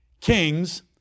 kings